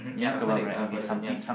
ya I've heard it I've heard of it ya